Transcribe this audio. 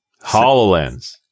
HoloLens